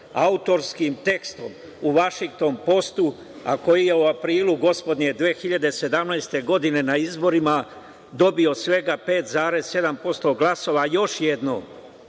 autorskim tekstom u „Vašington postu“, a koji je u aprilu gospodnje 2017. godine na izborima dobio svega 5,7% glasova, još jednom